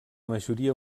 majoria